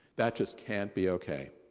that just can't be ok.